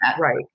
Right